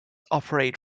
operate